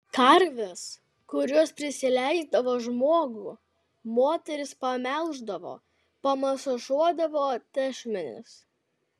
karves kurios prisileisdavo žmogų moterys pamelždavo pamasažuodavo tešmenis